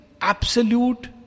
absolute